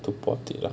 to plot it ah